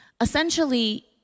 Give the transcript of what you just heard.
Essentially